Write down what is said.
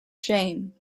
shame